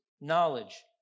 knowledge